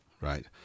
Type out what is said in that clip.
right